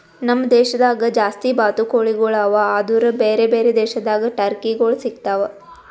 ನಮ್ ದೇಶದಾಗ್ ಜಾಸ್ತಿ ಬಾತುಕೋಳಿಗೊಳ್ ಅವಾ ಆದುರ್ ಬೇರೆ ಬೇರೆ ದೇಶದಾಗ್ ಟರ್ಕಿಗೊಳ್ ಸಿಗತಾವ್